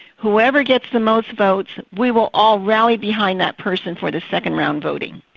whoever gets the most votes, we will all rally behind that person for the second round voting.